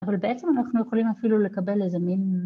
אבל בעצם אנחנו יכולים אפילו לקבל איזה מין